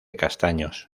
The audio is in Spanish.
castaños